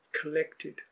collected